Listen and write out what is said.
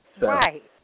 Right